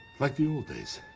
like the old days.